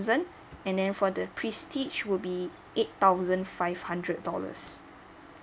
and then for the prestige will be eight thousand five hundred dollars